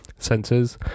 sensors